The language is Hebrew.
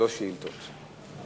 שלוש שאילתות.